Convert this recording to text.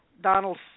Donald